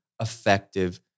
effective